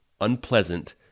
unpleasant